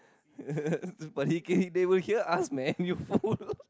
but he K they will here ask man you fool